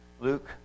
Luke